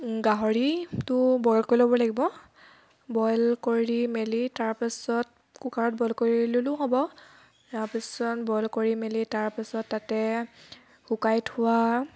গাহৰিটো বইল কৰি ল'ব লাগিব বইল কৰি মেলি তাৰপাছত কুকাৰত বইল কৰি ল'লেও হ'ব তাৰপিছত বইল কৰি মেলি তাৰপিছত তাতে শুকাই থোৱা